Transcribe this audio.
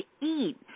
eat